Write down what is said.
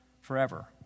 forever